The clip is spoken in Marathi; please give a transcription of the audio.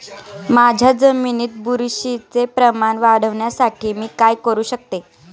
माझ्या जमिनीत बुरशीचे प्रमाण वाढवण्यासाठी मी काय करू शकतो?